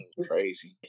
crazy